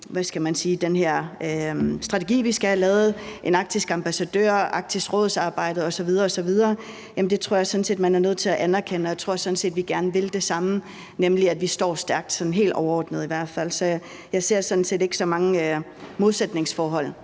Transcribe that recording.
i forhold til den her strategi, vi skal have lavet – en arktisk ambassadør, Arktisk Råds arbejde osv. – tror jeg man er nødt til at anerkende, og jeg tror sådan set, at vi gerne vil det samme, nemlig at vi i hvert fald står stærkt sådan helt overordnet. Så jeg ser i virkeligheden ikke så mange modsætningsforhold